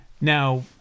Now